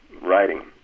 writing